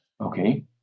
Okay